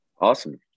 awesome